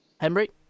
Henry